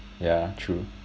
yeah true